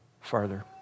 farther